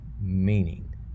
meaning